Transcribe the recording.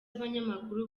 abanyamakuru